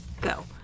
go